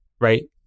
Right